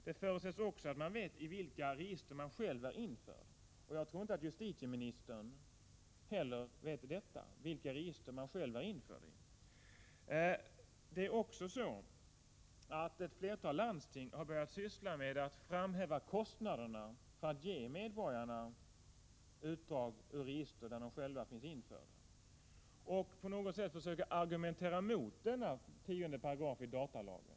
Det förutsätts också att man vet i vilka register man själv är införd — jag tror inte heller att justitieministern vet detta. Det är också så att ett flertal landsting har börjat framhäva kostnaderna för att ge medborgarna utdrag ur register där de själva finns införda och därmed på något sätt försöka argumentera mot denna 10 § i datalagen.